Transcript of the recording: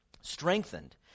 strengthened